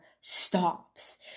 stops